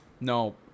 No